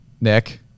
Nick